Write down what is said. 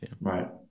Right